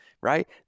right